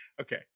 okay